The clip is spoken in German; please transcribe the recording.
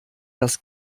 das